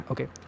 Okay